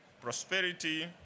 prosperity